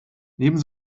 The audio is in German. neben